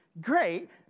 great